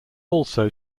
also